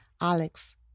Alex